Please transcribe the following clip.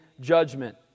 judgment